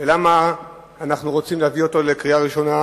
ולמה אנחנו רוצים להביא אותו לקריאה ראשונה,